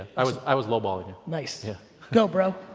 i was i was low balling it. nice. go bro.